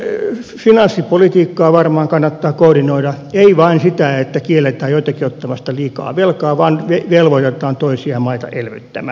sitten finanssipolitiikkaa varmaan kannattaa koordinoida ei vain sitä että kielletään joitakin ottamasta liikaa velkaa vaan velvoitetaan toisia maita elvyttämään